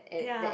ya